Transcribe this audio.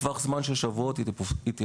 ובטווח זמן של שבועות היא תפורסם.